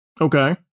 Okay